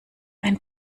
ein